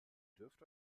dürft